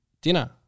Dinner